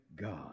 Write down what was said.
God